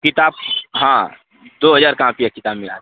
किताब हाँ दो हजार कापी और किताब मिला के